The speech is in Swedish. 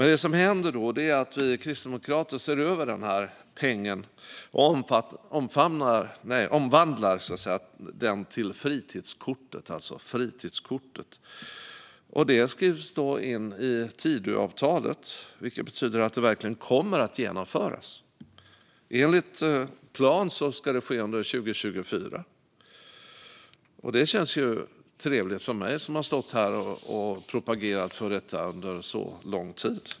Det som sedan händer är att vi kristdemokrater ser över fritidspengen och omformar den till fritidskortet. Det skrivs in i Tidöavtalet, vilket betyder att det verkligen kommer att genomföras. Enligt plan ska det ske under 2024. Det känns ju trevligt för mig som har stått här och propagerat för detta under så lång tid.